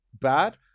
bad